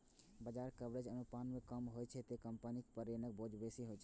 ब्याज कवरेज अनुपात कम होइ छै, ते कंपनी पर ऋणक बोझ बेसी होइ छै